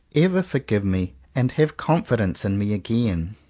ever forgive me, and have confidence in me again?